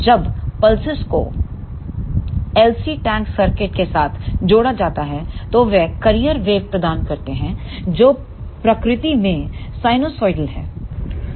जब इनपल्सेस को LC tank circuit के साथ जोड़ा जाता है तो वे कैरियर वेव प्रदान करते हैं जो प्रकृति में साइनसोइडल है